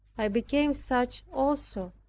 i became such also,